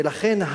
לכן,